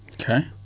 Okay